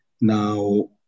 Now